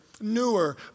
newer